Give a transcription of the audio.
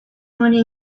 money